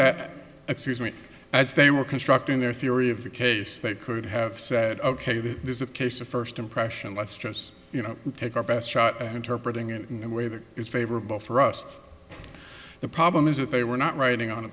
that excuse me as they were constructing their theory of the case they could have said ok this is a case of first impression let's just you know take our best shot and interpret it in a way that is favorable for us the problem is that they were not writing on a